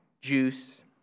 juice